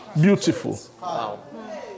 beautiful